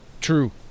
True